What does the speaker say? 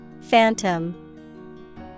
Phantom